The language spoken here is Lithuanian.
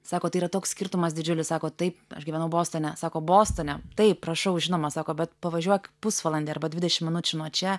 sako tai yra toks skirtumas didžiulis sako taip aš gyvenau bostone sako bostone taip prašau žinoma sako bet pavažiuok pusvalandį arba dvidešim minučių nuo čia